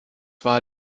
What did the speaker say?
war